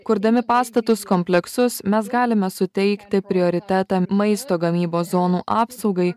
kurdami pastatus kompleksus mes galime suteikti prioritetą maisto gamybos zonų apsaugai